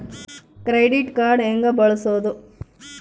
Credit card ಹೆಂಗ ಬಳಸೋದು?